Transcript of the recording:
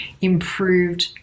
improved